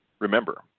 Remember